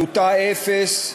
עלותה אפס.